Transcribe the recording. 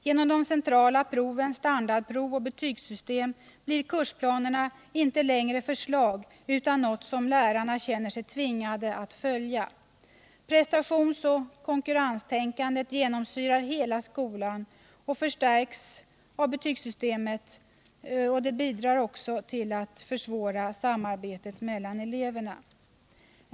Genom de centrala proven, standardproven och betygssystemet blir kursplanerna inte längre förslag utan något som lärarna känner sig tvingade att följa. Prestationsoch konkurrenstänkandet som genomsyrar hela skolan och som förstärks av betygssystemet bidrar till att försvåra samarbetet mellan eleverna.